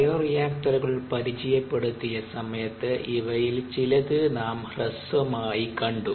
ബയോറിയാക്ടറുകൾ പരിചയപ്പെടുത്തിയ സമയത്ത് ഇവയിൽ ചിലത് നാം ഹ്രസ്വമായി കണ്ടു